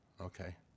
okay